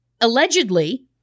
allegedly